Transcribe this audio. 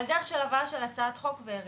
לא, הדרך הבאה של הצעת חוק האריכו.